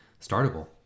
startable